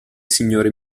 signore